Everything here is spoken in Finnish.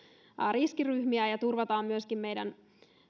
riskiryhmiä ja turvataan meillä myöskin